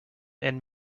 and